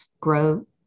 grow